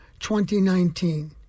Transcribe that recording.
2019